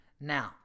now